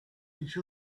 each